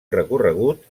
recorregut